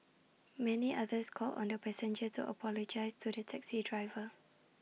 many others called on the passenger to apologise to the taxi driver